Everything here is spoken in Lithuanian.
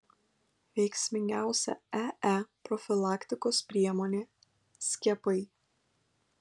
veiksmingiausia ee profilaktikos priemonė skiepai